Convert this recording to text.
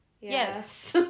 yes